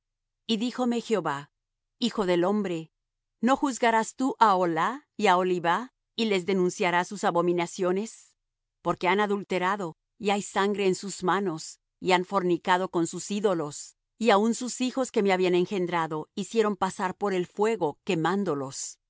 y díjome jehová hijo del hombre no juzgarás tú á aholah y á aholibah y les denunciarás sus abominaciones porque han adulterado y hay sangre en sus manos y han fornicado con sus ídolos y aun sus hijos que me habían engendrado hicieron pasar por el fuego quemándolos